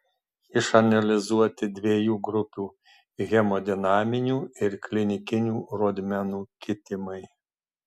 išanalizuoti dviejų grupių hemodinaminių ir klinikinių rodmenų kitimai